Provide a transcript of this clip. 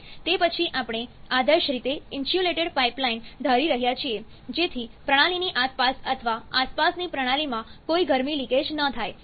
તે પછી આપણે આદર્શ રીતે ઇન્સ્યુલેટેડ પાઈપલાઈન ધારી રહ્યા છીએ જેથી પ્રણાલીથી આસપાસ અથવા આસપાસથી પ્રણાલીમાં કોઈ ગરમી લિકેજ ન થાય